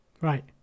Right